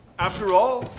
after all,